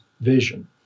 vision